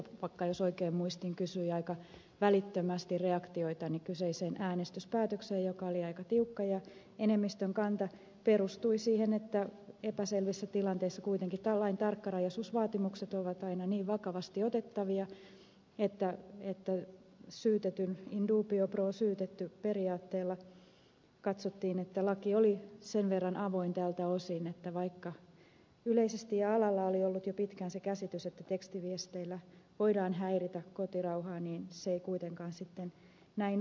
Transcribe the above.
vistbacka jos oikein muistan kysyi aika välittömästi reaktioitani kyseiseen äänestyspäätökseen joka oli aika tiukka ja jossa enemmistön kanta perustui siihen että epäselvissä tilanteissa kuitenkin lain tarkkarajaisuusvaatimukset ovat aina niin vakavasti otettavia että in dubio pro syytetty periaatteella katsottiin että laki oli sen verran avoin tältä osin että vaikka yleisesti ja alalla oli ollut jo pitkään se käsitys että tekstiviesteillä voidaan häiritä kotirauhaa niin se ei kuitenkaan sitten näin ollut